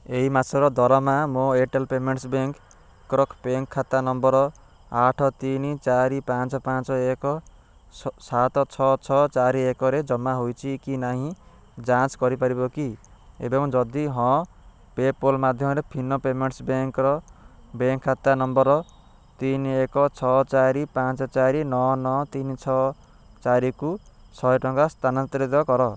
ଏହି ମାସର ଦରମା ମୋ ଏୟାର୍ଟେଲ୍ ପେମେଣ୍ଟ୍ ବ୍ୟାଙ୍କ୍ର ବ୍ୟାଙ୍କ୍ ଖାତା ନମ୍ବର୍ ଆଠ ତିନି ଚାରି ପାଞ୍ଚ ପାଞ୍ଚ ଏକ ସାତ ଛଅ ଛଅ ଚାରି ଏକରେ ଜମା ହୋଇଛି କି ନାହିଁ ଯାଞ୍ଚ କରିପାରିବ କି ଏବଂ ଯଦି ହଁ ପେ'ପଲ୍ ମାଧ୍ୟମରେ ଫିନୋ ପେମେଣ୍ଟ୍ସ୍ ବ୍ୟାଙ୍କ୍ର ବ୍ୟାଙ୍କ୍ ଖାତା ନମ୍ବର୍ ତିନି ଏକ ଛଅ ଚାରି ପାଞ୍ଚ ଚାରି ନଅ ନଅ ତିନି ଛଅ ଚାରିକୁ ଶହେ ଟଙ୍କା ସ୍ଥାନାନ୍ତରିତ କର